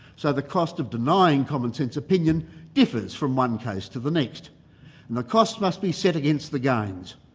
so the cost of denying commonsense opinion differs from one case to the next, and the cost must be set against the gains.